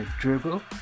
dribble